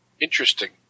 Interesting